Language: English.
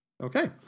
Okay